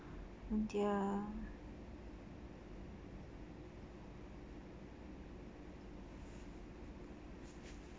oh dear